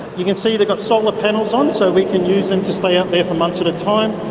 you can see they've got solar panels on, so we can use them to stay out there for months at a time.